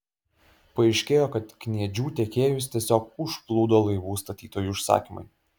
paaiškėjo kad kniedžių tiekėjus tiesiog užplūdo laivų statytojų užsakymai